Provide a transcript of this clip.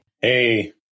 Hey